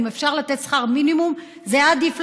אם אפשר לתת שכר מינימום זה היה עדיף.